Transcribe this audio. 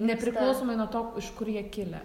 nepriklausomai nuo to iš kur jie kilę